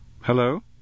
Hello